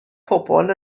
pobl